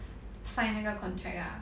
sign 那个 contract lah